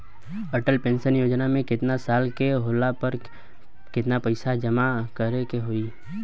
Atal pension Yojana मे केतना साल के होला पर केतना पईसा जमा करे के होई?